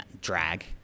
drag